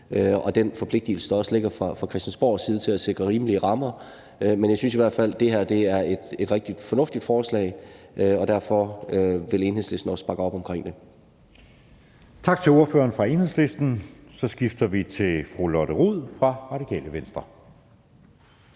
og den forpligtigelse, der også er fra Christiansborgs side til at sikre rimelige rammer. Men jeg synes i hvert fald, det her er et rigtig fornuftigt forslag, og derfor vil Enhedslisten også bakke op om det. Kl. 12:30 Anden næstformand (Jeppe Søe): Tak til ordføreren for Enhedslisten. Så skifter vi til fru Lotte Rod fra Radikale Venstre.